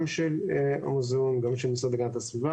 גם של המוזיאון וגם של המשרד להגנת הסביבה,